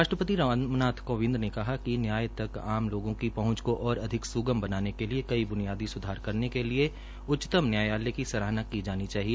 राष्ट्रपति रामनाथ कोविंद ने कहा कि न्याय तक आम लोगों की पहंच को अधिक स्गम बनाने के लिए कई ब्नियादी स्धार के लिए उच्चतम नयायालय की सराहना की जानी चाहिए